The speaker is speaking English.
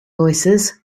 voicesand